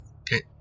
Okay